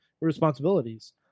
responsibilities